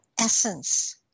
essence